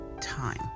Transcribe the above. time